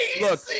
look